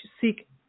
seek